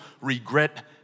regret